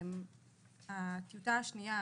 הטיוטה השנייה,